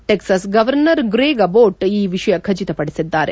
Texas governor Greg Abbott ಈ ವಿಷಯ ಖಚಿತಪಡಿಸಿದ್ದಾರೆ